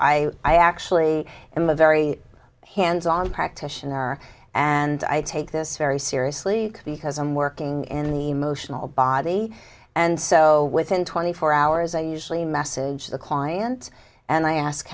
i i actually am a very hands on practitioner and i take this very seriously because i'm working in an emotional body and so within twenty four hours i usually message the client and i ask